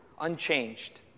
unchanged